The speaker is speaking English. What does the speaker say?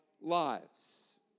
lives